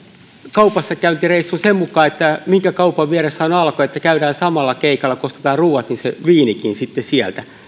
kaupassakäyntireissun sen mukaan minkä kaupan vieressä on alko että käydään samalla keikalla kun ostetaan ruuat se viinikin sieltä